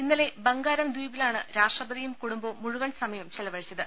ഇന്നലെ ബംഗാരം ദ്വീപിലാണ് രാഷ്ട്രപതിയും കുടുംബവും മുഴുവൻ സമയവും ചെലവഴിച്ചത്